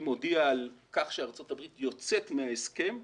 מודיע על כך שארצות הברית יוצאת מההסכם,